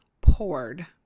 poured